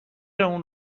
اون